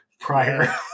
prior